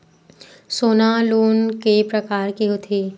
सोना लोन के प्रकार के होथे?